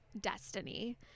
destiny